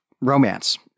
romance